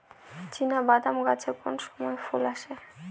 চিনাবাদাম গাছে কোন সময়ে ফুল আসে?